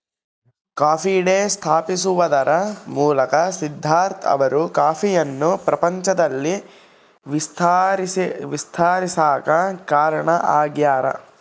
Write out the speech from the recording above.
coffee day ಸ್ಥಾಪಿಸುವದರ ಮೂಲಕ ಸಿದ್ದಾರ್ಥ ಅವರು ಕಾಫಿಯನ್ನು ಪ್ರಪಂಚದಲ್ಲಿ ವಿಸ್ತರಿಸಾಕ ಕಾರಣ ಆಗ್ಯಾರ